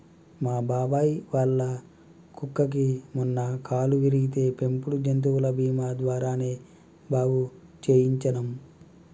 మా బాబాయ్ వాళ్ళ కుక్కకి మొన్న కాలు విరిగితే పెంపుడు జంతువుల బీమా ద్వారానే బాగు చేయించనం